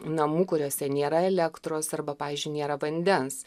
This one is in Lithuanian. namų kuriuose nėra elektros arba pavyzdžiui nėra vandens